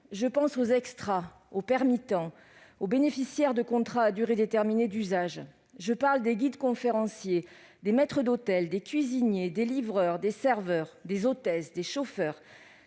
Je pense aux extras, aux « permittents », aux bénéficiaires de contrats à durée déterminée d'usage. Je parle des guides-conférenciers, des maîtres d'hôtel, des cuisiniers, des livreurs, des serveurs, des hôtesses, des chauffeurs,